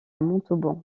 montauban